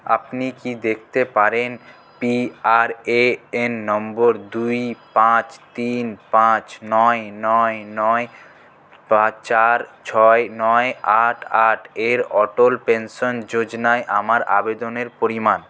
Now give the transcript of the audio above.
আপনি কি দেখতে পারেন পিআরএএন নম্বর দুই পাঁচ তিন পাঁচ নয় নয় নয় চার ছয় নয় আট আট এর অটল পেনশন যোজনায় আমার অবদানের পরিমাণ